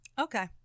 Okay